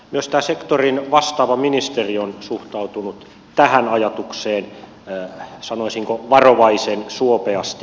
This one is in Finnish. myös sektorin vastaava ministeri on suhtautunut tähän ajatukseen sanoisinko varovaisen suopeasti